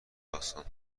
داستان